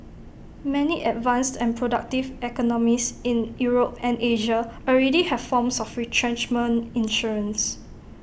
many advanced and productive economies in Europe and Asia already have forms of retrenchment insurance